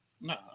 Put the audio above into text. no